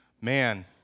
man